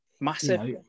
massive